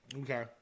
Okay